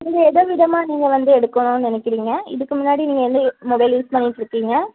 நீங்கள் எதவிதமாக நீங்கள் வந்து எடுக்கணுன்னு நினைக்கிறீங்க இதுக்கு முன்னாடி நீங்கள் எந்த மொபைல் யூஸ் பண்ணிட்டுருக்கீங்க